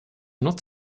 not